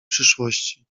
przyszłości